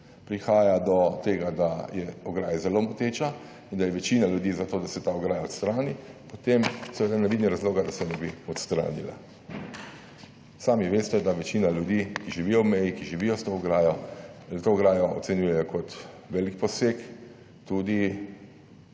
prihaja do tega, da je ograja zelo moteča in da je večina ljudi za to, da se ta ograja odstrani, potem seveda ne vidim razloga, da se ne bi odstranila. Sami veste, da večina ljudi, ki živijo ob meji, ki živijo s to ograjo, to ograjo ocenjujejo kot velik poseg tudi